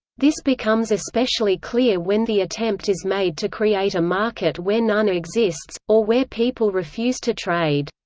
this becomes especially clear when the attempt is made to create a market where none exists, or where people refuse to trade.